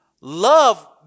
love